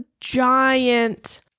giant